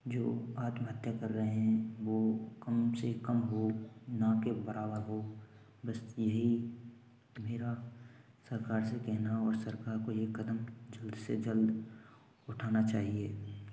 जो आत्महत्या कर रहे हैं वह कम से कम हो ना के बराबर हो बस यही मेरा सरकार से कहना और सरकार को एक कदम जल्द से जल्द उठाना चाहिए